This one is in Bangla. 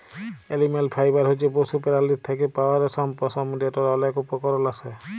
এলিম্যাল ফাইবার হছে পশু পেরালীর থ্যাকে পাউয়া রেশম, পশম যেটর অলেক উপকরল আসে